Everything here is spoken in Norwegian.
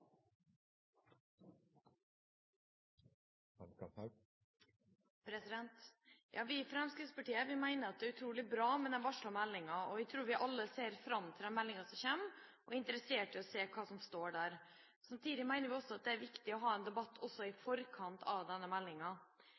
utrolig bra med den varslede meldinga. Jeg tror vi alle ser fram til den meldinga som kommer, og er interessert i å se hva som står der. Samtidig mener vi at det er viktig å ha en debatt også i forkant av denne meldinga.